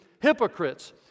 hypocrites